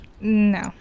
No